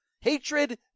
Hatred